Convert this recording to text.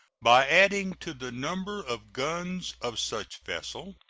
by adding to the number of guns of such vessel,